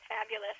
fabulous